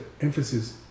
emphasis